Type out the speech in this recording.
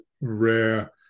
rare